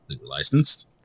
licensed